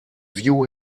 view